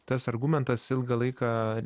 tas argumentas ilgą laiką